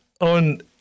on